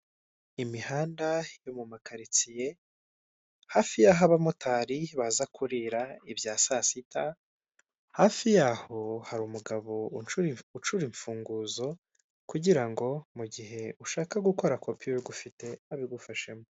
Imihanda yo mu makaritsiye hafi y'aho abamotari baza kurira ibya saa sita, hafi yaho hari umugabo ucura imfunguzo kugira ngo mugihe ushaka gukora kopi y'urwo ufite abigufashemo.